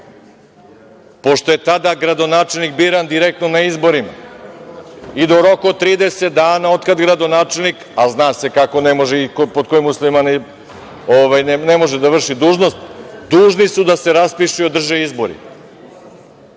pošto je tada gradonačelnik biran direktno na izborima i da u roku od 30 dana od kada gradonačelnik, a zna se kako ne može i pod kojim uslovima ne može da vrši dužnost, dužni su da se raspišu i održe izbori.